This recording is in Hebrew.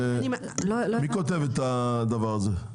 מי כותב את הדבר הזה?